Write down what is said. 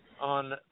on